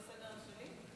אדוני היושב-ראש.